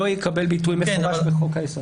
לא יקבל ביטוי מפורש בחוק היסוד.